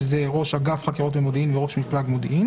- כהגדרתו בסעיף 30(י)